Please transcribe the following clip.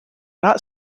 not